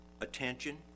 attention